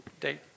date